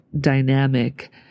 dynamic